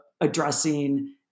addressing